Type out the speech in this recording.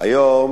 היום